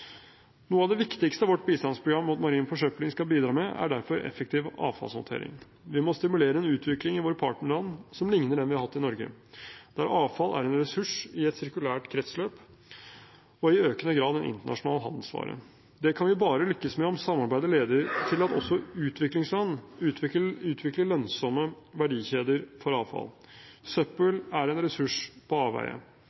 Noe av det viktigste vårt bistandsprogram mot marin forsøpling skal bidra med, er derfor effektiv avfallshåndtering. Vi må stimulere en utvikling i våre partnerland som ligner den vi har hatt i Norge, der avfall er en ressurs i et sirkulært kretsløp og i økende grad en internasjonal handelsvare. Det kan vi bare lykkes med om samarbeidet leder til at også utviklingsland utvikler lønnsomme verdikjeder for avfall. Søppel